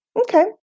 Okay